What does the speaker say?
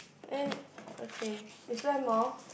eh okay is there more